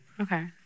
Okay